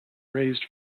raised